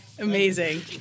Amazing